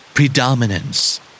Predominance